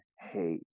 hate